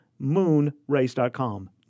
MoonRace.com